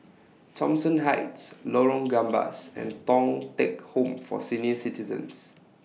Thomson Heights Lorong Gambas and Thong Teck Home For Senior Citizens